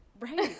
Right